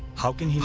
how can,